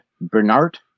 Bernard